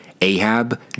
Ahab